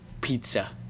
Pizza